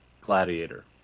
Gladiator